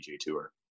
tour